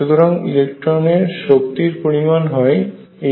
সুতরাং ইলেকট্রনের শক্তির পরিমাণ হয় 2kF22m